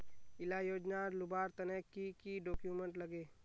इला योजनार लुबार तने की की डॉक्यूमेंट लगे?